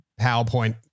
PowerPoint